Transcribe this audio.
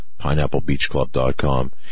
pineapplebeachclub.com